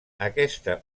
aquesta